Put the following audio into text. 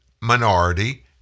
minority